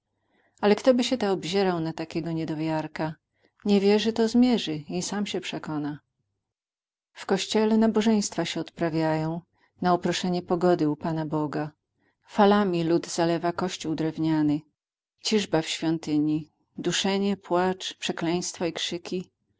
ale ktoby się ta obzierał na takiego niedowiarka nie wierzy to zmierzy i sam się przekona w kościele nabożeństwa się odprawiają na uproszenie pogody u pana boga falami lud zalewa kościół drewniany ciżba w świątyni duszenie płacz przekleństwa i krzyki